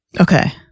Okay